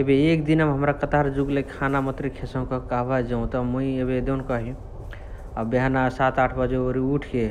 एबे एक दिनमा हमरा कतहरजुगलइ खाना मतुते खेसहु कहाँबाही जौत मुइ एबे देउनकही बेहना सात आठ बजे ओरि उठके